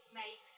make